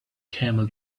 camel